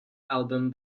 album